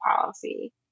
policy